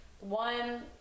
one